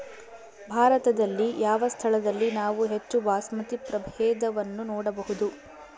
ಭಾರತದಲ್ಲಿ ಯಾವ ಸ್ಥಳದಲ್ಲಿ ನಾವು ಹೆಚ್ಚು ಬಾಸ್ಮತಿ ಪ್ರಭೇದವನ್ನು ನೋಡಬಹುದು?